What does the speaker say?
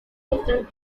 different